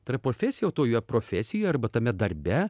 tai yra profesija o toje profesijoje arba tame darbe